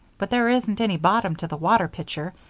but there isn't any bottom to the water pitcher,